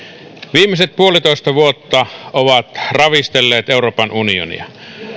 viimeiset puolitoista vuotta ovat ravistelleet euroopan unionia